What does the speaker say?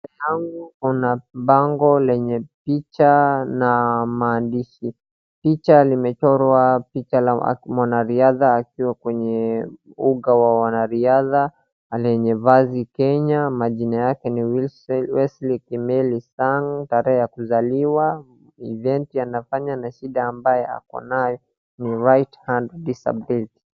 Mbele yangu kuna bango lenye picha na maandishi, picha limechorwa picha la mwanariadha akiwa kwenye uga wa wanariadha, yenye vazi kenya, majina yake ni Wesley Kimeli Sang, tarehe ya kuzaliwa, iventi anafanya na shida ambayo ako nayo ni Right Hand Disability .